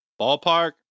Ballpark